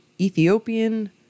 Ethiopian